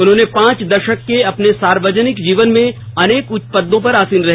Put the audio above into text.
उन्होंने पांच दशक के अपने सार्वजनिक जीवन में अनेक उच्च पदों पर आसीन रहे